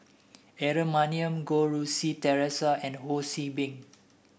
Aaron Maniam Goh Rui Si Theresa and Ho See Beng